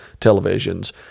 televisions